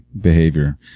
behavior